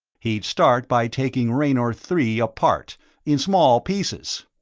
he'd start by taking raynor three apart in small pieces!